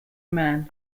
mann